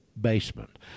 basement